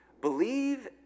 Believe